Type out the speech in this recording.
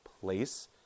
place